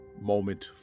moment